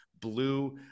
blue